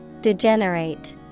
Degenerate